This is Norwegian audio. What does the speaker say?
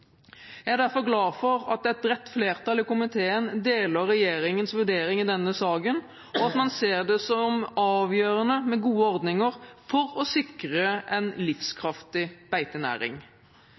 Jeg er derfor glad for at et bredt flertall i komiteen deler regjeringens vurdering i denne saken, og at man ser det som avgjørende med gode ordninger for å sikre en livskraftig beitenæring.